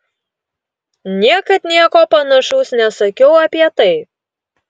niekad nieko panašaus nesakiau apie tai